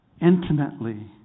intimately